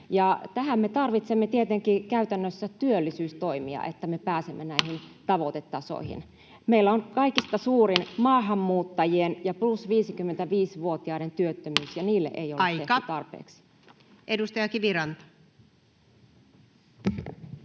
Tähän me tarvitsemme tietenkin käytännössä työllisyystoimia, jotta me pääsemme näihin tavoitetasoihin. Meillä on kaikista suurin maahanmuuttajien ja plus 55 ‑vuotiaiden työttömyys, ja niille ei ole [Puhemies: Aika!] tehty tarpeeksi. Edustaja Kiviranta.